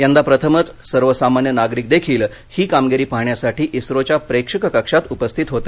यंदा प्रथमच सर्वसामान्य नागरिक देखील ही कामगिरी पाहण्यासाठी इस्रोच्या प्रेक्षक कक्षात उपस्थित होते